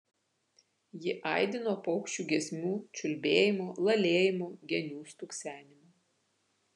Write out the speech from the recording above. ji aidi nuo paukščių giesmių čiulbėjimo lalėjimo genių stuksenimo